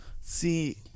See